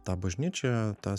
tą bažnyčią tą